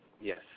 Yes